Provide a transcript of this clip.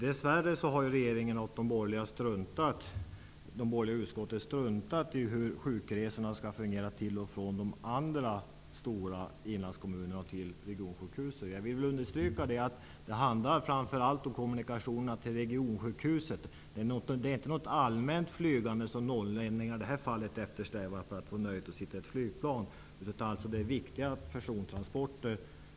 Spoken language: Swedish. Dessvärre har regeringen och de borgerliga i utskottet struntat i hur sjukresorna mellan regionsjukhuset och de andra stora inlandskommunerna skall kunna fungera. Jag vill understryka att det framför allt handlar om kommunikationerna med regionsjukhuset. Det är inte så att norrlänningarna i detta fall eftersträvar ett allmänflyg för att få nöjet att sitta i ett flygplan. Det handlar om viktiga persontransporter.